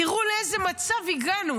תראו לאיזה מצב הגענו,